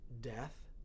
death